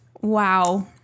Wow